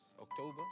October